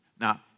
Now